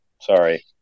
sorry